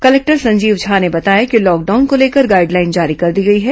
collector Sanjeev Jha ने बताया कि लॉकडाउन को लेकर गाइडलाइन जारी कर दी गई है